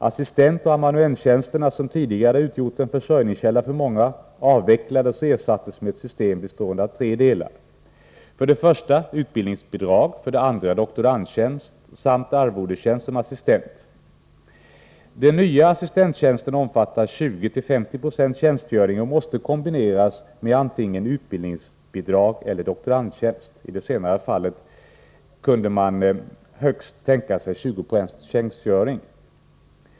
Assistentoch amanuenstjänsterna, som tidigare hade utgjort en försörjningskälla för många, avvecklades och ersattes med ett system bestående av tre delar: för det första utbildningsbidrag, för det andra doktorandtjänst och för det tredje arvodestjänst som assistent. Den nya assistenttjänsten omfattar 20-50 96 tjänstgöring och måste kombineras med antingen utbildningsbidrag eller doktorandtjänst. I det senare fallet kunde man tänka sig högst 20 70 tjänstgöring.